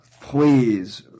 please